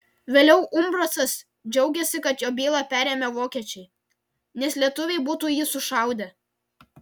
vėliau umbrasas džiaugėsi kad jo bylą perėmė vokiečiai nes lietuviai būtų jį sušaudę